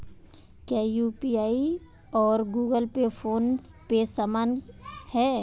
क्या यू.पी.आई और Google Pay PhonePe समान हैं?